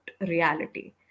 reality